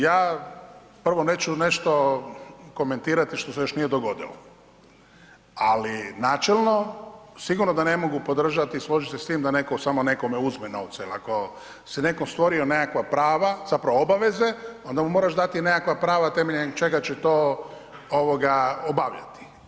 Ja prvo neću nešto komentirati što se još nije dogodilo, ali načelno sigurno da ne mogu podržati i složiti se s tim da neko samo nekome uzme novce, jel ako si je neko stvorio nekakva prava zapravo obaveze onda mu moraš dati nekakva prava temeljem čega će to obavljati.